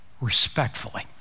respectfully